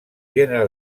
gènere